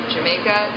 Jamaica